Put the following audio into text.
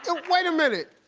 ah wait a minute.